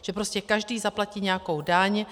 Že prostě každý zaplatí nějakou daň.